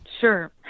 Sure